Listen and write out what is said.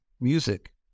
music